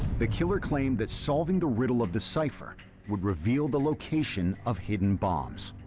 the killer claimed that solving the riddle of the cipher would reveal the location of hidden bombs.